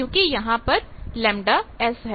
क्योंकि यहां पर ΓS है